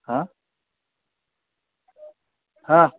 हां